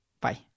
Bye